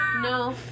No